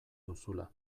duzula